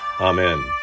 Amen